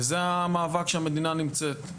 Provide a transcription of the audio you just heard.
וזה המאבק שהמדינה נמצאת.